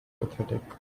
pathetic